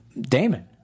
Damon